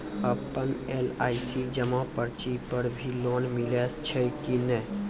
आपन एल.आई.सी जमा पर्ची पर भी लोन मिलै छै कि नै?